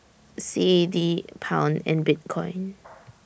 C A D Pound and Bitcoin